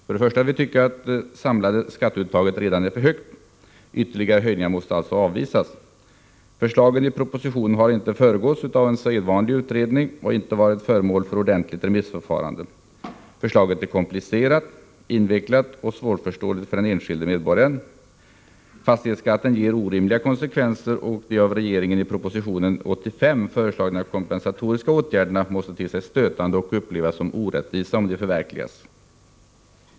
— Först och främst tycker vi att det samlade skatteuttaget redan är för högt. Ytterligare förslag till höjningar måste alltså avvisas. Förslagen i propositionen bygger inte på någon sedvanlig utredning, och det har inte heller förekommit något ordentligt remissförfarande. Förslaget i fråga är komplicerat och svårförståeligt för den enskilde medborgaren. Fastighetsskatten ger orimliga konsekvenser. De av regeringen i proposition 1984/85:85 föreslagna kompensatoriska åtgärderna kommer — om förslagen förverkligas — med nödvändighet att te sig stötande. De kommer även att upplevas såsom orättvisa.